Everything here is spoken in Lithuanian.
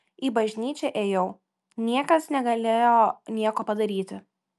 į bažnyčią ėjau niekas negalėjo nieko padaryti